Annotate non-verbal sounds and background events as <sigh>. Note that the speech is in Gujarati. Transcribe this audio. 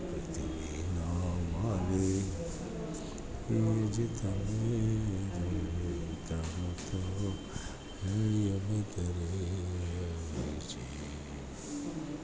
<unintelligible> વિના મને એજી તને રે તારો તો <unintelligible>